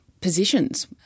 positions